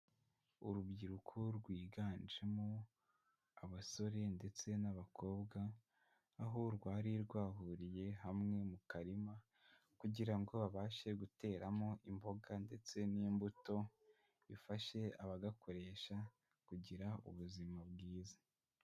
Urubyiruko rwiganjemo abasore ndetse n'abakobwa, aho rwari rwahuriye hamwe mu karima kugira ngo babashe guteramo imboga ndetse n'imbuto, bifashe abagakoresha kugira ubuzima bwiza.